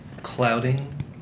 Clouding